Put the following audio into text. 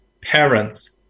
parents